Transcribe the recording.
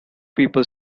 people